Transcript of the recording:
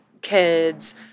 kids